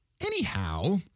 Anyhow